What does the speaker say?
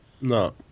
No